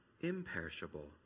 imperishable